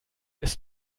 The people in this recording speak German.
ist